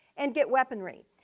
and get weaponry.